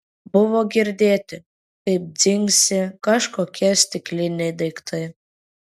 buvo girdėti kaip dzingsi kažkokie stikliniai daiktai